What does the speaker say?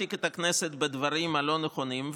להעסיק את הכנסת בדברים הלא-נכונים.